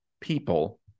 people